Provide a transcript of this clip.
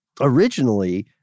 originally